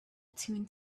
tune